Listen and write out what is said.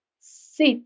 sit